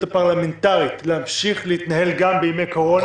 הפרלמנטרית להמשיך להתנהל גם בימי קורונה.